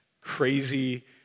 crazy